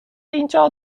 اینجا